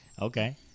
Okay